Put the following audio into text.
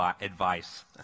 advice